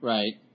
Right